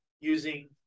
using